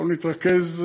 במקום להתרכז,